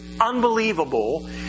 unbelievable